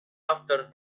after